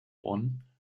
bonn